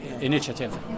initiative